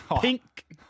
Pink